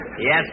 Yes